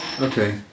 Okay